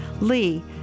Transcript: Lee